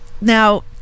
now